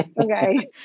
okay